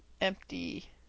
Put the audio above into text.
empty